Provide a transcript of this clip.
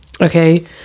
okay